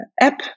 app